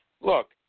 Look